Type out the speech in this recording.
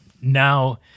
now